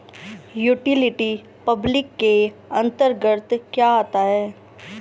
Utility public के अंतर्गत क्या आता है?